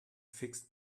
fixed